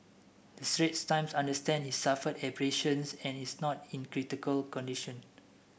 the Straits Times understands he suffered abrasions and is not in critical condition